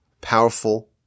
powerful